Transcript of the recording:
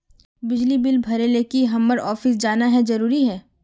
बिजली बिल भरे ले की हम्मर ऑफिस जाना है जरूरी है?